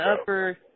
upper